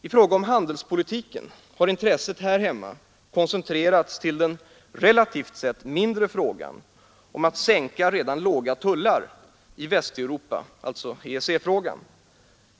I fråga om handelspolitiken har intresset här hemma koncentrerats till den — relativt sett — mindre frågan om att sänka redan låga tullar i Västeuropa, dvs. EEC-frågan.